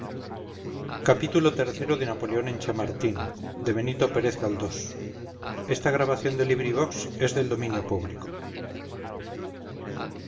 xxvii xxviii xxix napoleón en chamartín de benito pérez ba de benito pérez galdós